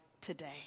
today